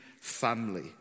family